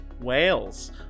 Wales